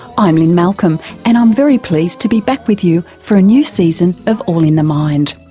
i'm lynne malcolm and i'm very pleased to be back with you for a new season of all in the mind.